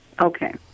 Okay